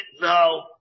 No